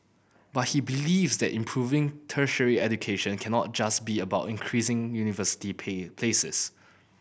but he believes that improving tertiary education cannot just be about increasing university pay places